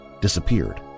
disappeared